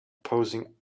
posing